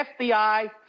FBI